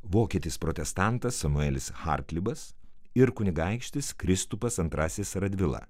vokietis protestantas samuelis harklibas ir kunigaikštis kristupas antrasis radvila